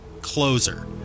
closer